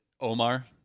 Omar